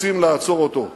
רוצים לעצור אותו בלונדון,